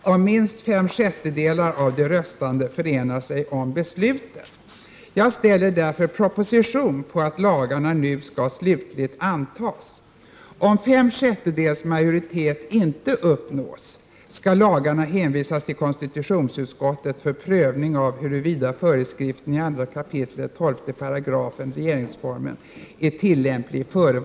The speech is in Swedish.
Som förut nämnts har Elisabet Franzén och ytterligare 18 ledamöter yrkat att den nu antagna lagen om skydd för företagshemligheter jämte övriga i Enligt nyssnämnda föreskrift i regeringsformen kan lagen ändå slutligt antas om minst 5/6 av de röstande förenar sig om beslutet. Jag ställer därför proposition på att lagarna nu skall slutligt antas.